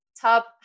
top